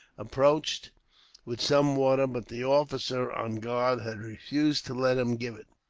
approached with some water, but the officer on guard had refused to let him give it.